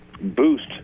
boost